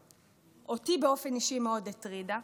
שאותי באופן אישי מאוד הטרידה.